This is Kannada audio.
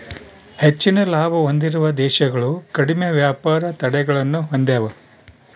ಹೆಚ್ಚಿನ ಲಾಭ ಹೊಂದಿರುವ ದೇಶಗಳು ಕಡಿಮೆ ವ್ಯಾಪಾರ ತಡೆಗಳನ್ನ ಹೊಂದೆವ